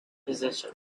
position